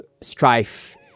strife